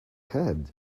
head